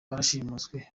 barashimuswe